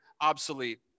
obsolete